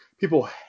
People